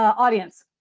ah audience,